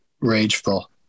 rageful